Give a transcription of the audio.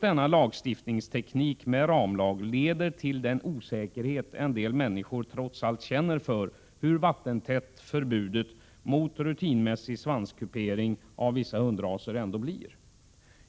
Denna lagstiftningsteknik med en ramlag leder till en osäkerhet hos en del människor, hur vattentätt förbudet mot rutinmässig svanskupering av vissa hundraser ändå blir.